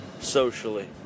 socially